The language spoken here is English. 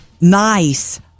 nice